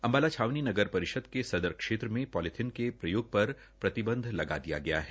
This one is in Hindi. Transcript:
अम्बाला छावनी नगर परिषद के सदर क्षेत्र में पोलीथीन के प्रयोग पर प्रतिबंध लगा दिया गया है